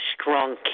strong